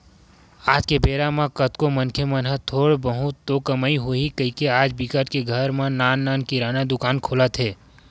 आज के बेरा म कतको मनखे मन ह थोर बहुत तो कमई होही कहिके आज बिकट के घर म नान नान किराना दुकान खुलत हे